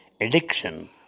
addiction